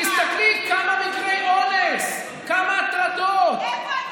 תסתכלי כמה מקרי אונס, כמה הטרדות, איפה אתה?